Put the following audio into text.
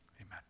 amen